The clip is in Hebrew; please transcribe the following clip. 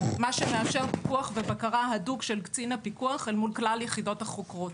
מה שמאפשר פיקוח ובקרה הדוק של קצין הפיקוח אל מול כלל היחידות החוקרות.